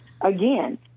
again